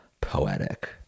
poetic